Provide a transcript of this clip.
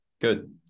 Good